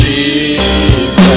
Jesus